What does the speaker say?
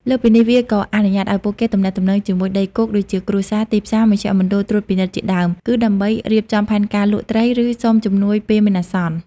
លើសពីនេះ វាក៏អនុញ្ញាតឲ្យពួកគេទំនាក់ទំនងជាមួយដីគោក ដូចជាគ្រួសារ ទីផ្សារ មជ្ឈមណ្ឌលត្រួតពិនិត្យជាដើម គឺដើម្បីរៀបចំផែនការលក់ត្រី ឬសុំជំនួយពេលមានអាសន្ន។